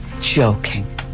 Joking